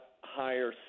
higher